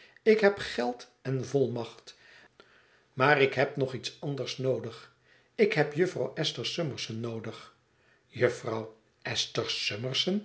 ik heb geld en volmacht maar ik heb nog iets anders noodig ik heb jufvrouw esther summerson noodig